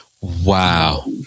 Wow